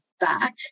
back